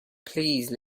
please